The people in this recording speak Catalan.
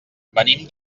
venim